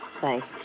Thanks